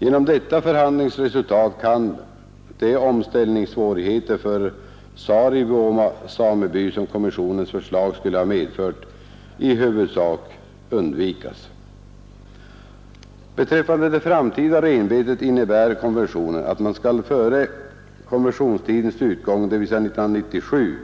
Genom detta förhandlingsresultat kan de omställningssvårigheter för Saarivuoma sameby som kommissionens förslag skulle ha medfört i huvudsak undvikas. Beträffande det framtida renbetet innebär konventionen att man skall före konventionstidens utgång, dvs. 1997,